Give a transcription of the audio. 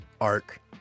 arc